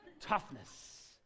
Toughness